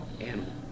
animal